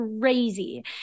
crazy